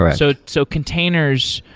ah so so containers,